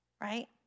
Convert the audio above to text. right